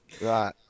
Right